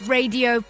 Radio